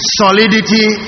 solidity